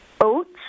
oats